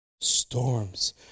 Storms